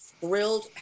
thrilled